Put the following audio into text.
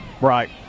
Right